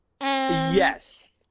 Yes